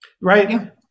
right